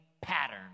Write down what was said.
pattern